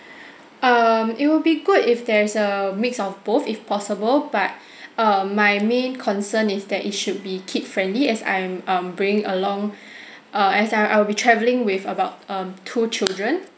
um it will be good if there's a mix of both if possible but um my main concern is that it should be kid friendly as I'm um bringing along err as I I'll be travelling with about um two children